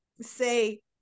say